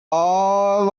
all